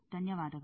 ಧನ್ಯವಾದಗಳು